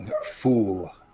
fool